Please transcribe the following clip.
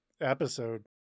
episode